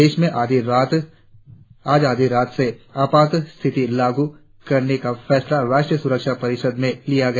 देश में आज आधी रात से आपात स्थिति लागू करने का फैसला राष्ट्रीय सुरक्षा परिषद में लिया गया